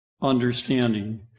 understanding